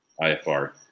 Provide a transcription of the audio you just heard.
IFR